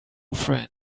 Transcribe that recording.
friend